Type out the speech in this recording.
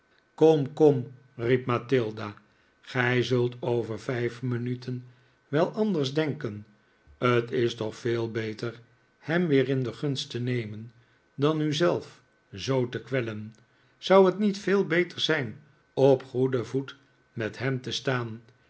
kom kom riep mathilda gij zult over vijf minuten wel anders denken t is toch veel beter hem weerin de gunst te nemen dan u zelf zoo te kwellen zou het niet veel beter zijn op goeden voet met hem te staan